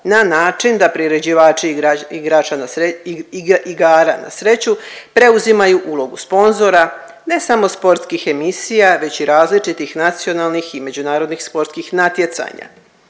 na način da priređivači igara na sreću preuzimaju ulogu sponzora ne samo sportskih emisija već i različitih nacionalnih i međunarodnih sportskih natjecanja.